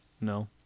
No